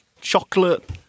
chocolate